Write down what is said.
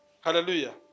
Hallelujah